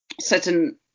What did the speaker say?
certain